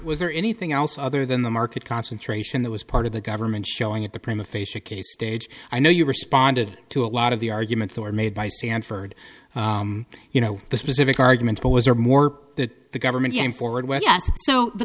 was there anything else other than the market concentration that was part of the government showing at the prima facia case stage i know you responded to a lot of the arguments that were made by sanford you know the specific arguments always or more that the government can forward